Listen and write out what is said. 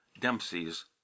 dempsey's